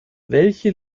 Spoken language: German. welche